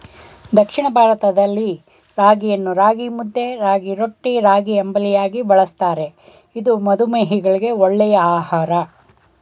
ದಕ್ಷಿಣ ಭಾರತದಲ್ಲಿ ರಾಗಿಯನ್ನು ರಾಗಿಮುದ್ದೆ, ರಾಗಿರೊಟ್ಟಿ, ರಾಗಿಅಂಬಲಿಯಾಗಿ ಬಳ್ಸತ್ತರೆ ಇದು ಮಧುಮೇಹಿಗಳಿಗೆ ಒಳ್ಳೆ ಆಹಾರ